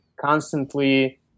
constantly